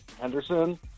Henderson